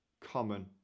common